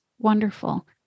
Wonderful